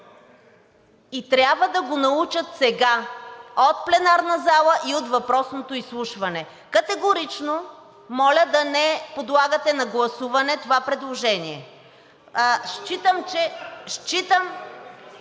И трябва да го научат сега – от пленарна зала и от въпросното изслушване! Категорично моля да не подлагате на гласуване това предложение. (Реплики